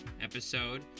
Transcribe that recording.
episode